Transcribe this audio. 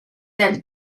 del